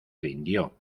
rindió